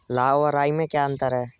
लाह व राई में क्या अंतर है?